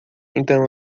então